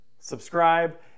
Subscribe